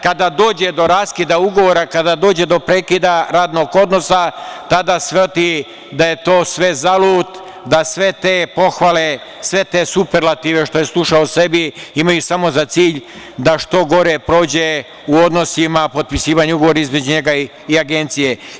Kada dođe do raskida ugovora, kada dođe do prekida radnog odnosa, tada sledi da je sve to zalud, da sve te pohvale, sve te superlative što sluša o sebi imaju samo za cilj da što gore prođe u odnosima potpisivanju ugovara između njega i agencije.